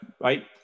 right